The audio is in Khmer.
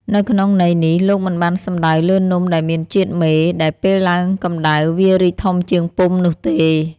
នៅក្នុងន័យនេះ លោកមិនបានសំដៅលើនំដែលមានជាតិមេ ដែលពេលឡើងកម្តៅវារីកធំជាងពុម្ពនោះទេ។